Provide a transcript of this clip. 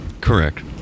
Correct